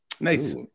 Nice